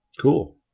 Cool